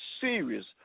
serious